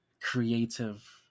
creative